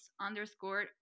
underscore